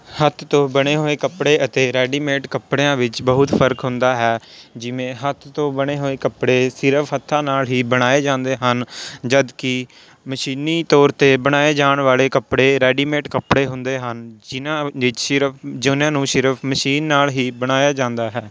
ਹੱਥ ਤੋਂ ਬਣੇ ਹੋਏ ਕੱਪੜੇ ਅਤੇ ਰੈਡੀਮੇਡ ਕੱਪੜਿਆਂ ਵਿੱਚ ਬਹੁਤ ਫਰਕ ਹੁੰਦਾ ਹੈ ਜਿਵੇਂ ਹੱਥ ਤੋਂ ਬਣੇ ਹੋਏ ਕੱਪੜੇ ਸਿਰਫ ਹੱਥਾਂ ਨਾਲ ਹੀ ਬਣਾਏ ਜਾਂਦੇ ਹਨ ਜਦੋਂ ਕਿ ਮਸ਼ੀਨੀ ਤੌਰ 'ਤੇ ਬਣਾਏ ਜਾਣ ਵਾਲੇ ਕੱਪੜੇ ਰੈਡੀਮੇਡ ਕੱਪੜੇ ਹੁੰਦੇ ਹਨ ਜਿਨ੍ਹਾਂ ਵਿਚ ਸਿਰਫ ਜਿਨ੍ਹਾਂ ਨੂੰ ਸਿਰਫ ਮਸ਼ੀਨ ਨਾਲ ਹੀ ਬਣਾਇਆ ਜਾਂਦਾ ਹੈ